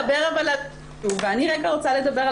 אבל אתה מדבר על תקצוב ואני רגע רוצה לדבר על